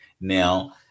Now